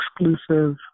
exclusive